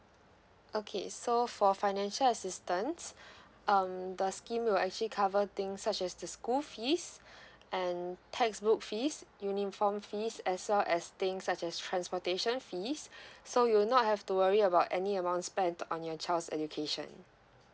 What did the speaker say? okay so for financial assistance um the scheme will actually cover things such as the school fees and textbook fees uniform fees as well as things such as transportation fees so you will not have to worry about any amount spent on your child's education